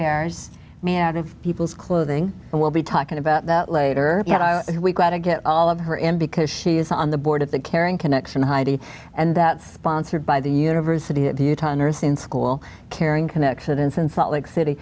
bears me out of people's clothing and we'll be talking about that later we got to get all of her in because she is on the board of the caring connection heidi and that sponsored by the university of utah nursing school caring connection in salt lake city